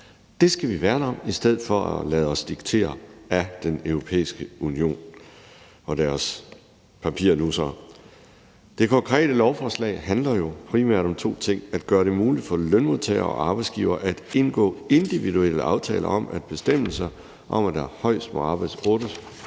Det skal vi værne om i stedet for at lade os diktere af Den Europæiske Union og deres papirnussere. Det konkrete lovforslag handler jo primært om to ting: at gøre det muligt for lønmodtagere og arbejdsgivere at indgå individuelle aftaler om, at bestemmelser om, at der højst må arbejdes